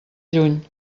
lluny